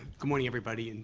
good morning everybody, and